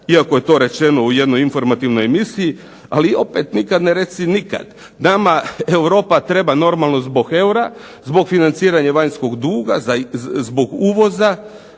iako je to rečeno u jednoj informativnoj emisiji, ali opet nikad ne reci nikad. Nama Europa treba normalno zbog eura, zbog financiranja vanjskog duga, zbog uvoza,